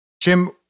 Jim